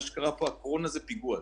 מה שקרה פה הקורונה זה פיגוע.